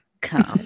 Come